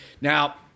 Now